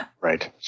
Right